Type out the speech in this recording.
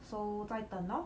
so 在等 lor